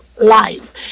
life